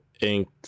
ink